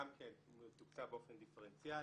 גם כן מתוקצב באופן דיפרנציאלי.